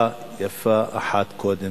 ויפה שעה אחת קודם.